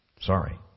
Sorry